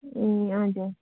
ए हजुर